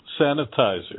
sanitizer